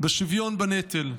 בשוויון בנטל,